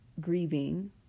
grieving